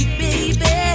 baby